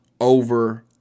over